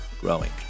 growing